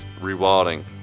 Rewilding